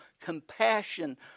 compassion